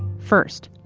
first,